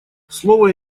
слово